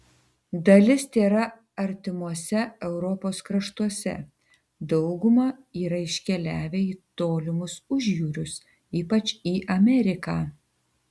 dalis tėra artimuose europos kraštuose dauguma yra iškeliavę į tolimus užjūrius ypač į ameriką